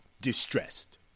distressed